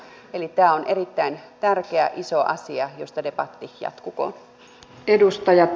eli tämä on erittäin tärkeä iso asia josta debatti jatkukoon